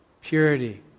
purity